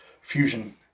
fusion